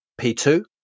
p2